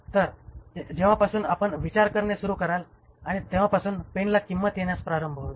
तर जेव्हापासून आपण विचार करणे सुरू कराल आणि तेव्हापासून पेनला किंमत येण्यास प्रारंभ होईल